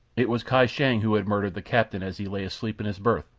it was kai shang who had murdered the captain as he lay asleep in his berth,